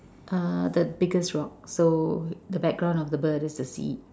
uh the biggest rock so the background of the bird is the seed